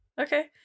Okay